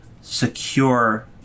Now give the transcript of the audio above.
secure